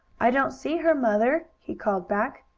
i don't see her, mother, he called back.